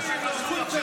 חוק שירותי הדת היהודיים (תיקון מס' 28)